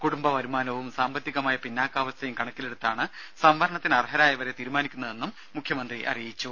കുടുംബവരുമാനവും സാമ്പത്തികമായ പിന്നാക്കാവസ്ഥയും കണക്കിലെടുത്താണ് സംവരണത്തിന് അർഹരായവരെ തീരുമാനിക്കുന്നതെന്നും മുഖ്യമന്ത്രി അറിയിച്ചു